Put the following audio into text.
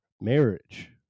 marriage